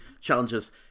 challenges